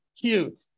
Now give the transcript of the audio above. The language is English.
cute